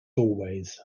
always